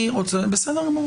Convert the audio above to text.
בסדר גמור.